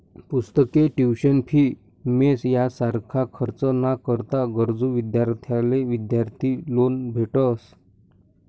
पुस्तके, tuition fee, mess यासारखा खर्च ना करता गरजू विद्यार्थ्यांसले विद्यार्थी लोन भेटस